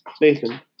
Nathan